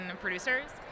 producers